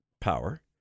power